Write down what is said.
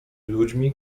ludźmi